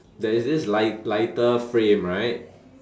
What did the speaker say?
there is this li~ lighter frame right